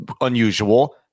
unusual